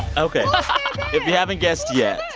ok. but if you haven't guessed yet,